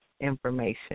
information